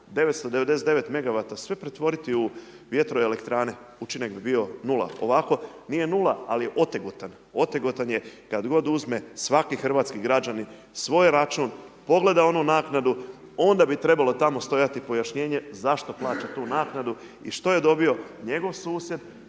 sve pretvoriti u vjetroelektrane učinak bi bio nula, ovako nije nula ali je otegotan, otegotan je kad god uzme svaki hrvatski građanin svoj račun, pogleda onu naknadu, onda bi trebalo tamo stajati pojašnjenje zašto plaća tu naknadu i što je dobio njegov susjed,